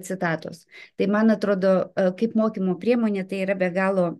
citatos tai man atrodo kaip mokymo priemonė tai yra be galo